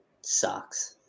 sucks